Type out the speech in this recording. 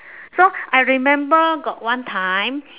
so I remember got one time